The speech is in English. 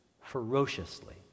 ferociously